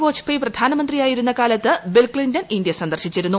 വാജ്പെയ് പ്രധാനമന്ത്രിയായിരുന്ന കാലത്ത് Bill Clinton India സന്ദർശിച്ചിരുന്നു